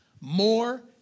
more